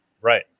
right